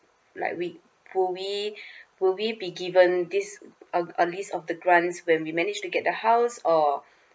like we probably probably be given this a a list of the grants when we manage to get the house or